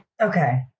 Okay